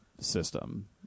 system